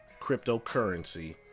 cryptocurrency